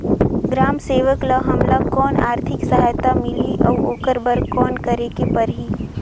ग्राम सेवक ल हमला कौन आरथिक सहायता मिलही अउ ओकर बर कौन करे के परही?